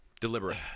deliberate